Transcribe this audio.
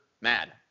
mad